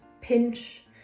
pinch